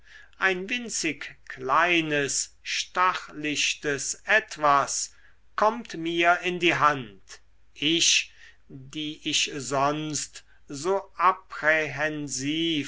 ein winzig kleines stachlichtes etwas kommt mir in die hand ich die ich sonst so apprehensiv